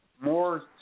more